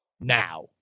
now